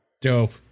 Dope